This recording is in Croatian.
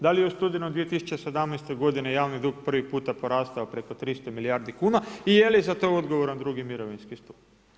Da li u studenom 2017. godine javni dug prvi puta porastao preko 300 milijardi kuna i je li za to odgovoran II mirovinski stup?